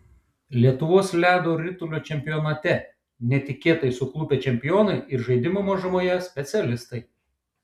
lietuvos ledo ritulio čempionate netikėtai suklupę čempionai ir žaidimo mažumoje specialistai